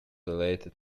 related